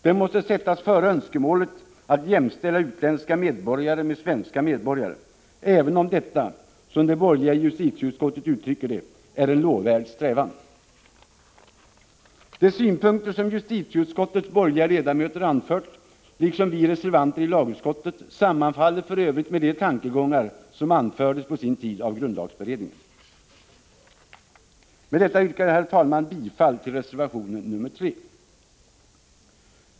Det måste sättas före önskemålet att jämställa utländska medborgare med svenska medborgare, även om detta, som de borgerliga i justitieutskottet uttrycker det, är en lovvärd strävan. De synpunkter som justitieutskottets borgerliga ledamöter anfört, liksom vi reservanter i lagutskottet, sammanfaller för övrigt med de tankegångar som anfördes av grundlagsberedningen. Med detta yrkar jag, herr talman, bifall till reservation nr 3.